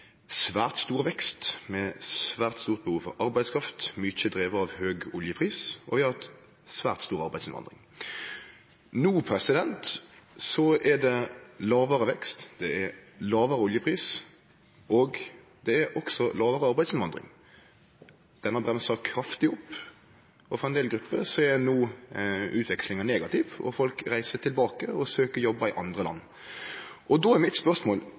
svært stor vekst, med eit svært stort behov for arbeidskraft, mykje drive av høg oljepris, og vi har ei svært stor arbeidsinnvandring. No er det lågare vekst. Det er lågare oljepris, og det er også lågare arbeidsinnvandring. Ho har bremsa kraftig opp, og for ein del grupper er utvekslinga no negativ. Folk reiser tilbake og søkjer jobbar i andre land. Då er mitt spørsmål: